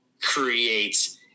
create